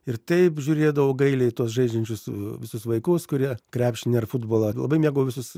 ir taip žiūrėdavau gailiai į tuos žaidžiančius visus vaikus kurie krepšinį ar futbolą labai mėgau visus